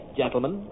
gentlemen